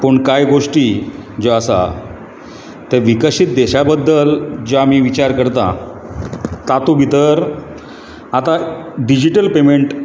पूण कांय गोश्टी ज्यो आसा ते विकसीत देशा बद्दल ज्यो आमी विचार करता तातूंत भितर आतां डिजीटल पेमॅंट